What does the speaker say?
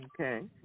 Okay